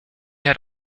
had